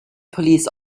police